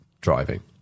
driving